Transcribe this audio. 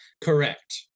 Correct